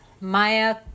Maya